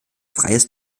freies